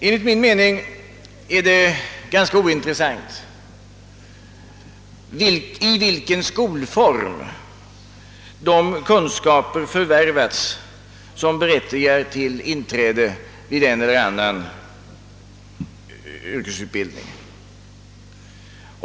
Enligt min mening är det ganska ointressant i vilken skolform de kunskaper förvärvas som berättigar till inträde vid en eller annan yrkesutbildningsanstalt.